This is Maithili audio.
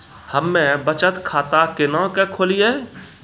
हम्मे बचत खाता केना के खोलियै?